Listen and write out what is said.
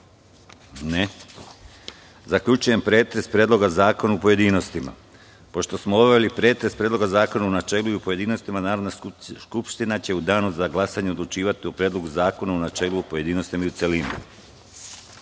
(Ne)Zaključujem pretres Predloga zakona u pojedinostima. Pošto smo obavili pretres Predloga zakona u načelu i u pojedinostima, Narodna skupština će u Danu za glasanje odlučivati o Predlogu zakona u načelu, pojedinostima i u